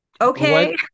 okay